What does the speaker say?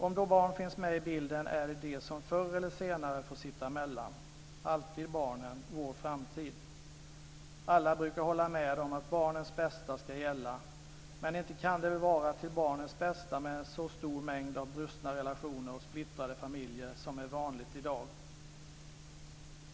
Om då barn finns med i bilden är det de som förr eller senare får sitta emellan, alltid barnen - vår framtid! Alla brukar hålla med om att barnens bästa ska gälla. Men inte kan det väl vara till barnens bästa med en så stor mängd av brustna relationer och splittrade familjer som är vanligt i dag?